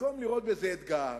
במקום לראות בזה אתגר,